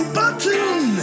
button